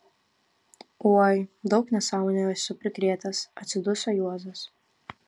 oi daug nesąmonių esu prikrėtęs atsiduso juozas